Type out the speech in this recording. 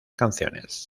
canciones